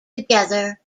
together